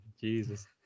Jesus